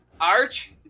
Arch